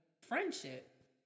friendship